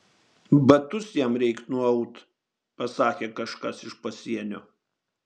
batus jam reik nuaut pasakė kažkas iš pasienio